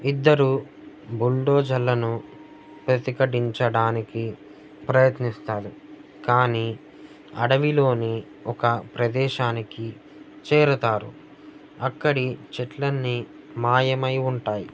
ఇద్దరూ బుల్డోజర్లను ప్రతిఘటించడానికి ప్రయత్నిస్తారు కానీ అడవిలోని ఒక ప్రదేశానికి చేరుతారు అక్కడి చెట్లు అన్నీ మాయమై ఉంటాయి